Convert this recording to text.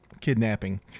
kidnapping